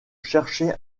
chercher